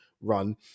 run